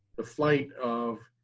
the flight of